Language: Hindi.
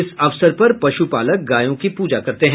इस अवसर पर पशुपालक गायों की पूजा करते हैं